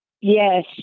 Yes